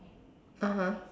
(uh huh)